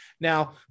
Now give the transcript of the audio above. Now